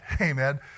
Amen